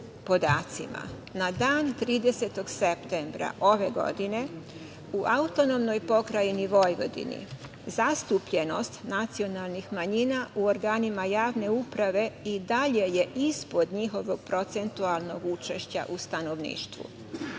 na dan 30. septembra ove godine, u AP Vojvodini zastupljenost nacionalnih manjina u organima javne uprave i dalje je ispod njihovog procentualnog učešća u stanovništvu.